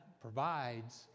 provides